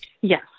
Yes